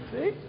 See